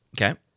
Okay